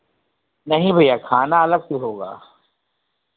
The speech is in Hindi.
नहीं भैया खाना अलग से होगा